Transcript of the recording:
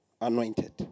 anointed